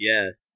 Yes